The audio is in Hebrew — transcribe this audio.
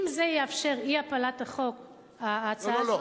אם זה יאפשר אי-הפלת החוק, לא.